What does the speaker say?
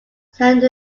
send